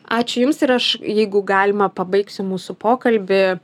ačiū jums ir aš jeigu galima pabaigsiu mūsų pokalbį